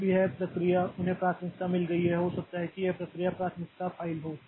अब यह प्रक्रिया उन्हें प्राथमिकता मिल गई है हो सकता है कि यह प्रक्रिया प्राथमिकता फ़ाइल हो